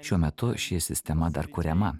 šiuo metu ši sistema dar kuriama